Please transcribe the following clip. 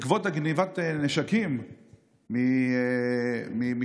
בעקבות גנבת הנשקים ממשטרה,